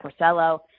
Porcello